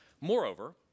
Moreover